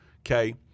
okay-